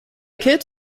kid